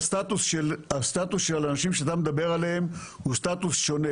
הסטטוס של האנשים שאתה מדבר עליהם הוא סטטוס שונה.